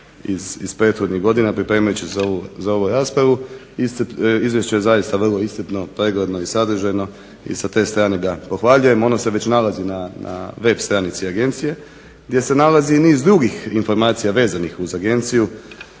iz prethodnih godina pripremajući se za ovu raspravu, izvješće je zaista vrlo iscrpno, pregledno i sadržajno i sa te strane ga pohvaljujem. Ono se već nalazi na web stranici agencije gdje se nalazi i niz drugih informacija vezanih uz agenciju